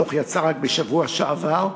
הדוח יצא רק בשבוע שעבר,